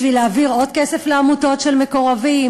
בשביל להעביר עוד כסף לעמותות של מקורבים